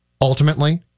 ultimately